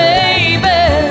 Baby